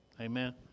Amen